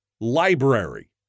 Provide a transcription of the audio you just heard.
library